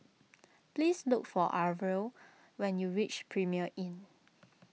please look for Arvil when you reach Premier Inn